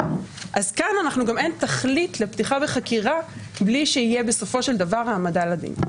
אז כאן גם אין תכלית לפתיחה בחקירה בלי שתהיה בסופו של דבר העמדה לדין.